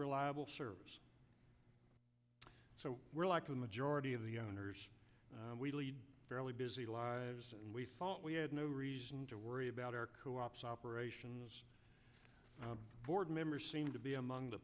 reliable service so we're like the majority of the owners we lead fairly busy lives and we thought we had no reason to worry about our co ops operations board members seemed to be among the